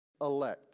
elect